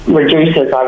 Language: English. reduces